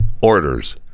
orders